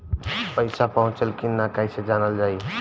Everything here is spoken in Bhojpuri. पैसा पहुचल की न कैसे जानल जाइ?